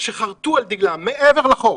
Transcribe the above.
שחרתו על דגלם, מעבר לחוק,